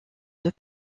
deux